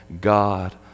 God